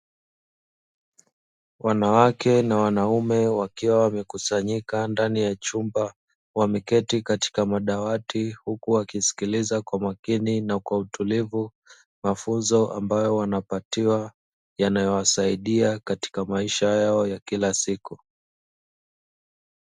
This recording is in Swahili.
Wanawake na wanaume wakiwa wamekusanyika ndani ya chumba, wameketi katika madawati huku wakisikiliza kwa makini na kwa utulivu mafunzo ambayo wanapatiwa yanayowasaidia katika maisha yao ya kila siku.